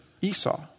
Esau